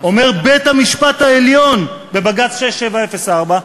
אומר בית-המשפט העליון בבג"ץ 6704,